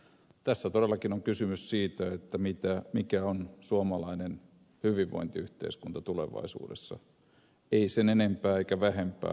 tässä todellakin on kysymys siitä mikä on suomalainen hyvinvointiyhteiskunta tulevaisuudessa ei sen enempää eikä vähempää